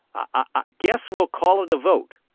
i guess we'll call it a vote.